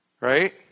Right